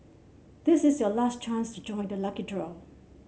this is your last chance to join the lucky draw